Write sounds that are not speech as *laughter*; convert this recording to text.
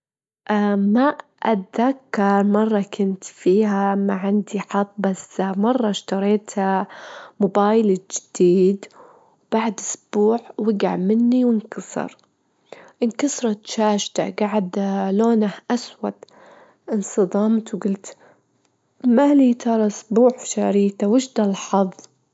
عادةً أني أجوم الصبح الساعة سبعة، وأبدأ يومي بإني أجهز لحالي فطور خفيف، أسوي فطور *hesitation* صحي، بعدين أجعد للشغل أشتغل للساعة عشرة المسا، بعد الشغل أرجع أنام، أنام الساعة اتناش نص الليل.